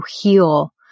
heal